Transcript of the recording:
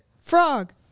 frog